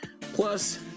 Plus